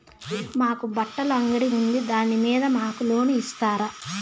మాకు బట్టలు అంగడి ఉంది దాని మీద మాకు లోను ఇస్తారా